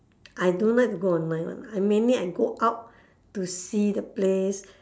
I don't like to go online one I mainly I go out to see the place